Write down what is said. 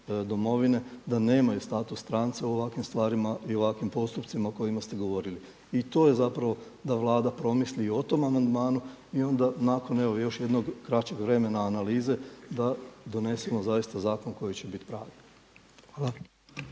Domovine da nemaju status stranca u ovakvim stvarima i u ovakvim postupcima o kojima ste govorili. I to je zapravo da Vlada promisli i o tom amandmanu i onda nakon evo još jednog kraćeg vremena analize da donesemo zaista zakon koji će bit pravi. Hvala.